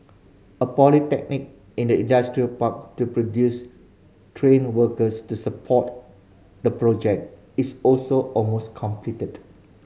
a polytechnic in the industrial park to produce trained workers to support the project is also almost completed